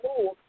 move